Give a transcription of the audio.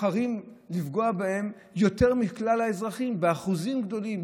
בוחרים לפגוע בהם יותר מכלל האזרחים באחוזים גדולים.